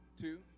two